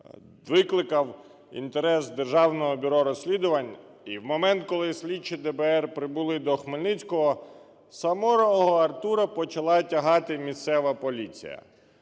викликав інтерес Державного бюро розслідувань. І в момент, коли слідчі ДБР прибули до Хмельницького, самого Артура почала тягати місцева поліція